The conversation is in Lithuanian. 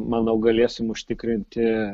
manau galėsim užtikrinti